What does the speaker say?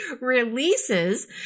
releases